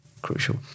crucial